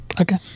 Okay